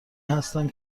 هستم